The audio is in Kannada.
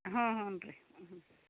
ಹ್ಞೂ ಹ್ಞೂ ರೀ